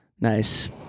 Nice